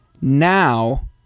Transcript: Now